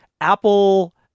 Apple